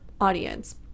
audience